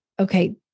Okay